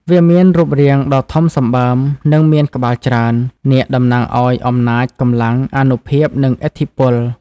វាមានរូបរាងដ៏ធំសម្បើម និងមានក្បាលច្រើន នាគតំណាងឱ្យ អំណាច កម្លាំង អានុភាព និង ឥទ្ធិពល។